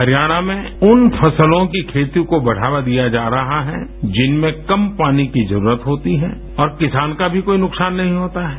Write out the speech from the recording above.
हरियाणा में उन फसलों की खेती को बढ़ावा दिया जा रहा है जिनमें कम पानी की जरूरत होती है और किसान का भी कोई नुकसान नहीं होता है